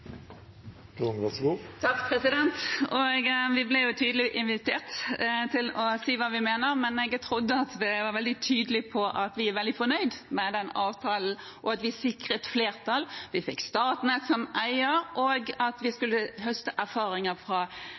Vi ble tydelig invitert til å si hva vi mener, men jeg trodde vi var veldig tydelige på at vi er veldig fornøyd med den avtalen, at vi sikret flertall og fikk Statnett som eier, og at vi skulle høste erfaringer fra